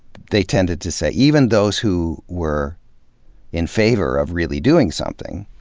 they tended to say even those who were in favor of really doing something,